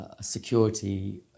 security